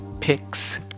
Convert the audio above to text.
Picks